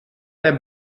der